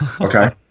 okay